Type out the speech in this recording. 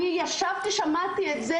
אני ישבתי ושמעתי את זה,